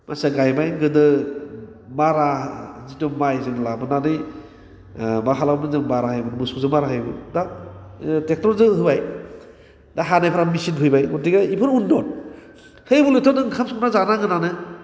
गायबाय गोदो मारा जिथु माइजों लाबोनानै मा खालामोमोन जों मारा होयोमोन मोसौजों मारा होयोमोन दा ट्रेकटरजों होबाय दा हानायफ्रा मेसिन फैबाय गथिखे बेफोर उन्नदहै बलथे नों ओंखाम संना जानांगोनानो